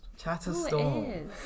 Chatterstorm